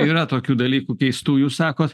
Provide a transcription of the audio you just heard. yra tokių dalykų keistų jūs sakot